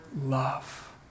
love